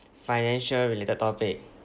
financial related topic